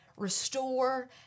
restore